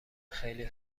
خیلی